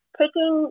taking